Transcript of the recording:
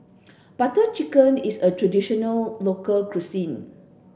Butter Chicken is a traditional local cuisine